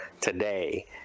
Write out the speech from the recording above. today